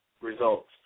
Results